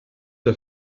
der